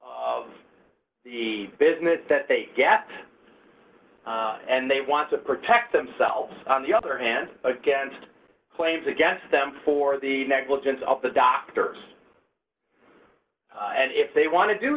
of the business that they get and they want to protect themselves on the other hand against claims against them for the negligence of the doctors and if they want to do